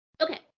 Okay